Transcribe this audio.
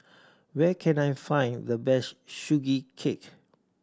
where can I find the best Sugee Cake